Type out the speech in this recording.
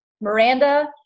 Miranda